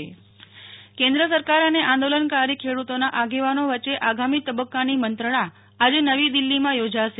નેહલ ઠકકર ખેડુત ચર્ચા કેન્દ્ર સરકાર અને આંદોલનકારી ખેડૂતોના આગેવાનો વચ્ચે આગામી તબક્કાની મંત્રણા આજે નવી દિલ્હીમાં યોજાશે